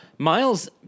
Miles